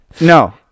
No